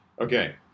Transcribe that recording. Okay